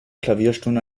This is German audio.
klavierstunden